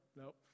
nope